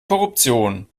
korruption